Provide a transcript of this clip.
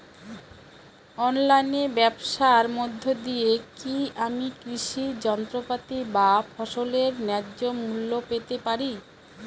অনলাইনে ব্যাবসার মধ্য দিয়ে কী আমি কৃষি যন্ত্রপাতি বা ফসলের ন্যায্য মূল্য পেতে পারি?